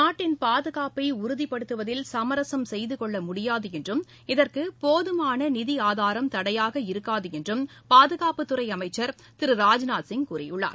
நாட்டின் பாதுகாப்பு உறதிப்படுத்துவதில் சமரசம் செய்து கொள்ள முடியாது என்றும் இதற்கு போதுமான நிதி ஆதாரம் தடையாக இருக்காது என்றும் பாதுகாப்புத்துறை அமைச்ச் திரு ராஜ்நாத்சிங் கூறியுள்ளார்